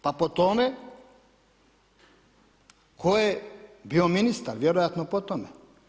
Pa po tome tko je bio ministar, vjerojatno po tome.